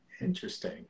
Interesting